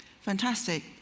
Fantastic